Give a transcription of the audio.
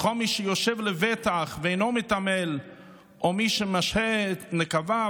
"וכל מי שהוא יושב לבטח ואינו מתעמל או מי שמשהה את נקביו"